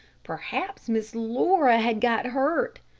perhaps miss laura had got hurt.